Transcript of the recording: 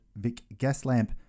vicgaslamp